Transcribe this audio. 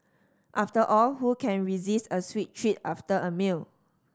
after all who can resist a sweet treat after a meal